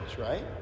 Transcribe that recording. right